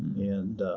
and